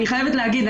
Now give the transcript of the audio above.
אני חייבת להגיד.